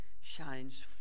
shines